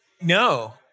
No